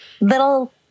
little